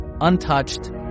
untouched